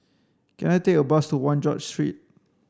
can I take a bus to One George Street